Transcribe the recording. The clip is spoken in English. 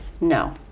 No